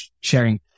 sharing